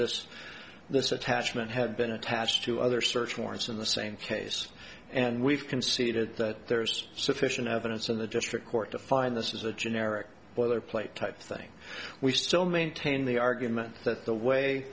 this this attachment had been attached to other search warrants in the same case and we've conceded that there is sufficient evidence in the district court to find this is a generic boilerplate type thing we still maintain the argument that the way